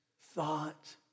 thought